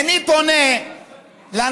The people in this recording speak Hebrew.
איני פונה לנוסטלגיה,